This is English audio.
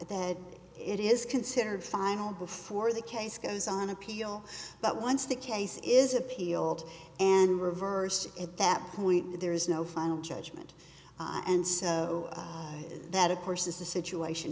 that it is considered final before the case goes on appeal but once the case is a healed and reverse at that point there is no final judgment and so is that of course is the situation